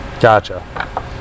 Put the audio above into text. gotcha